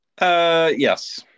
Yes